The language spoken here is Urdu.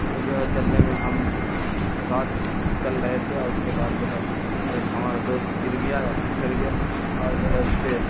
میں جو ہے چلنے میں ہم ساتھ چل رہے تھے اور اس کے بعد جو ہے ایک ہمارا دوست گر گیا یا بچھڑ گیا اور جو ہے اس کے